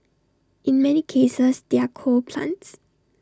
in many cases they're coal plants